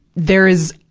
there is,